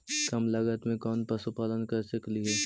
कम लागत में कौन पशुपालन कर सकली हे?